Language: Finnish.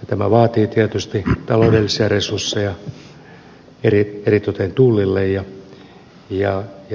ja tämä vaatii tietysti taloudellisia resursseja eritoten tullille ja tullilaboratoriolle